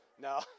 No